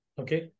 Okay